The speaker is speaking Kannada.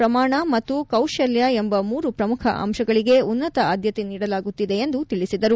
ಪ್ರಮಾಣ ಮತ್ತು ಕೌಶಲ ಎಂಬ ಮೂರು ಪ್ರಮುಖ ಅಂಶಗಳಗೆ ಉನ್ನತ ಆಧ್ಯತೆ ನೀಡಲಾಗುತ್ತಿದೆ ಎಂದು ತಿಳಿಸಿದರು